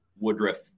Woodruff